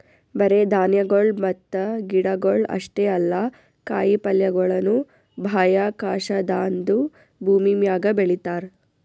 ಬರೇ ಧಾನ್ಯಗೊಳ್ ಮತ್ತ ಗಿಡಗೊಳ್ ಅಷ್ಟೇ ಅಲ್ಲಾ ಕಾಯಿ ಪಲ್ಯಗೊಳನು ಬಾಹ್ಯಾಕಾಶದಾಂದು ಭೂಮಿಮ್ಯಾಗ ಬೆಳಿತಾರ್